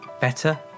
better